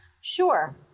Sure